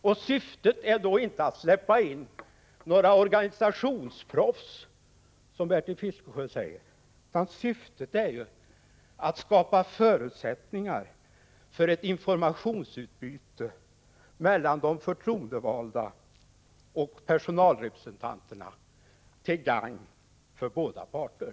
Syftet är inte, som Bertil Fiskesjö säger, att släppa in några organisationsproffs utan det är att skapa förutsättningar för ett — Prot. 1985/86:26 informationsutbyte mellan de förtroendevalda och personalrepresentanter — 13 november 1985 na, till gagn för båda parter.